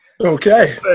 okay